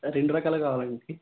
రెండు రకాలు అవి కావాలండి